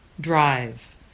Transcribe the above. drive